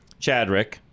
Chadrick